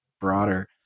broader